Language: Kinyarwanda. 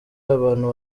abantu